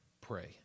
Pray